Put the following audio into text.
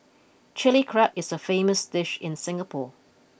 Chilli Crab is a famous dish in Singapore